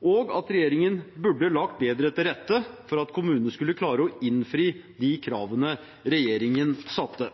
og at regjeringen burde lagt bedre til rette for at kommunene skulle klare å innfri de kravene regjeringen satte.